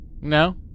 No